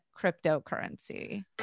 cryptocurrency